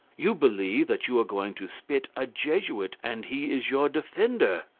you believe that you are going to spit a jesuit, and he is your defender.